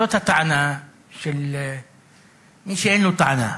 זאת הטענה של מי שאין לו טענה.